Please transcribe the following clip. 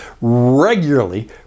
regularly